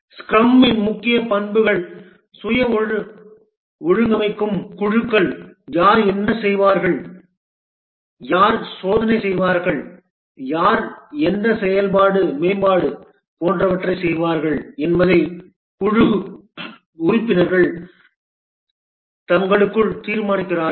ஸ்க்ரமின் முக்கிய பண்புகள் சுய ஒழுங்கமைக்கும் குழுக்கள் யார் என்ன செய்வார்கள் யார் சோதனை செய்வார்கள் யார் எந்த செயல்பாடு மேம்பாடு போன்றவற்றைச் செய்வார்கள் என்பதை குழு உறுப்பினர்கள் தங்களுக்குள் தீர்மானிக்கிறார்கள்